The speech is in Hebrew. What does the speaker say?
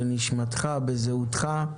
בזהותך,